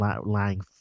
lying